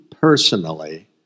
personally